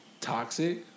Toxic